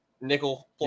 nickel